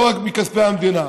לא רק מכספי המדינה.